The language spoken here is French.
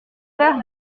père